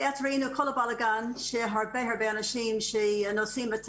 כי אנחנו ראינו את כל הבלגן שהרבה הרבה אנשים שהנושאים את